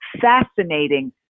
fascinating